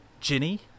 Ginny